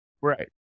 Right